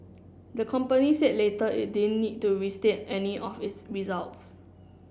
the company said later it didn't need to restate any of its results